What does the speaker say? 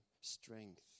strength